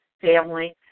family